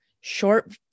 short